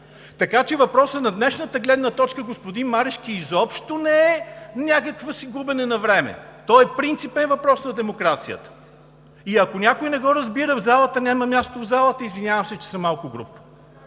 така. Въпросът на днешната гледна точка, господин Марешки, изобщо не е някакво си губене на време! Той е принципен въпрос на демокрацията! И ако някой от залата не го разбира, няма място в залата – извинявам се, че съм малко груб.